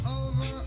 over